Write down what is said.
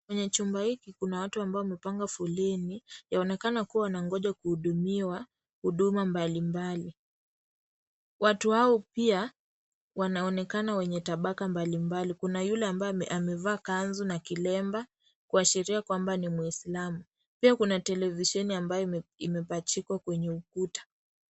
Kwenye chumba hiki kuna watu ambao wamepanga foleni wanaonekana kuwa wanangoja kuhudumiwa huduma mbalimbali, watu hao pia wanaonekana wenye tabaka mbalimbali na kuna yule ambaye amevaa kanzu na kilemba kuashiria kwamba ni muisilamu, pia kuna televisheni imepachikwa kwenye ukuta.